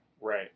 Right